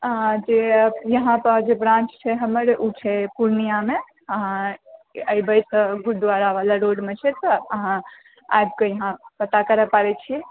आ जे इहाँ पर जे ब्रान्च छै हमर ओ छै पूर्णियामे अहाँ एबै तऽ गुरुद्वारावला रोडमे छै तऽ अहाँ आबि कऽ इहाँ पता करऽ चाहै छिऐ